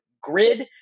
GRID